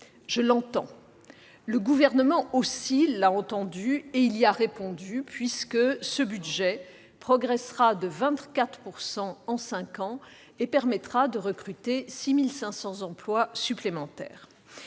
Je l'entends. Le Gouvernement l'a entendu lui aussi et y a répondu puisque ce budget progressera de 24 % sur cinq ans et permettra de recruter 6 500 emplois supplémentaires.